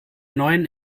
neuen